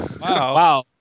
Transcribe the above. Wow